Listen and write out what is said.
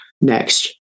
next